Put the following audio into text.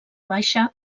baixa